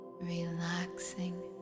relaxing